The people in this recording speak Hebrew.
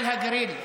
עלי על הגריל,